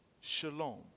shalom